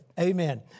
Amen